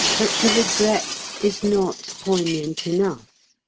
but the regret is not poignant enough.